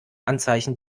anzeichen